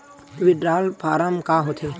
Withdrawal form का होथे?